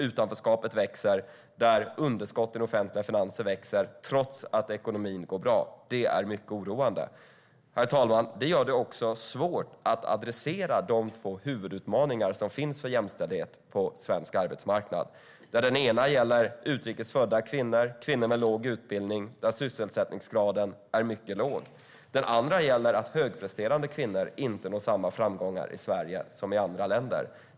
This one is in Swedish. Utanförskapet växer, och underskotten i de offentliga finanserna växer trots att ekonomin går bra. Det är mycket oroande. Herr talman! Det gör det också svårt att adressera de två huvudutmaningar som finns för jämställdhet på svensk arbetsmarknad. Den ena gäller utrikes födda kvinnor och kvinnor med låg utbildning, där sysselsättningsgraden är mycket låg. Den andra gäller att högpresterande kvinnor inte når samma framgångar i Sverige som i andra länder.